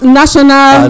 national